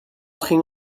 ging